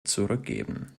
zurückgeben